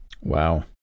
Wow